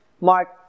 Mark